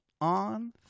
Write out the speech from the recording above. on